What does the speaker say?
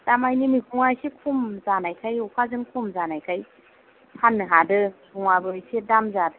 दामानि मैगङा एसे खम जानायखाय अखाजों एसे खम जानायखाय फाननो हादों मैगंआबो एसे दाम जादों